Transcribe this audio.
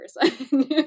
person